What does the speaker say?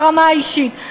ברמה האישית.